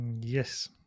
yes